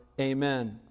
amen